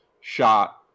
shot